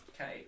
Okay